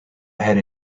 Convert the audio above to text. ahead